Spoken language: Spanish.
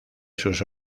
sus